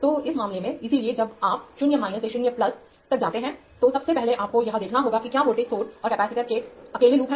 तो इस मामले में इसलिए जब आप 0 से 0 तक जाते हैं तो सबसे पहले आपको यह देखना होगा कि क्या वोल्टेज सोर्स और कैपेसिटर के अकेले लूप हैं